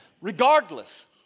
Regardless